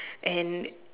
and